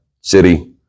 city